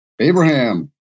Abraham